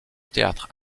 théâtre